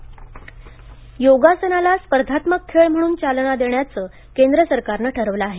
आयुष योगासन योगासनाला स्पर्धात्मक खेळ म्हणून चालना देण्याचं केंद्र सरकारनं ठरवलं आहे